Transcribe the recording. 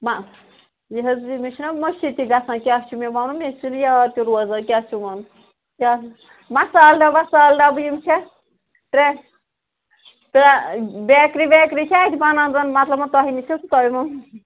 مٔہ یہِ حظ یہِ مےٚ چھُنا مٔشتھ تہِ گژھان کیٛاہ چھُ مےٚ وَنُن مےٚ چھِنہٕ یاد تہِ روزان کیٛاہ چھُ وَنُن کیٛاہ مصالہٕ ڈَبہٕ وصالہٕ ڈَبہٕ یِم چھےٚ ترٛےٚ ترٛےٚ بیکری ویکری چھا اَتہِ بَنان زَن مطلب تۄہہِ نِش حظ تۄہہِ وو